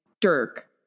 Dirk